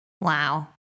Wow